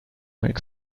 milk